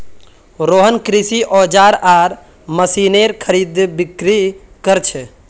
रोहन कृषि औजार आर मशीनेर खरीदबिक्री कर छे